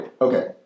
Okay